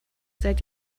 seit